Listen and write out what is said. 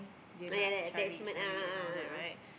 ah ya ya that attachment a'ah a'ah a'ah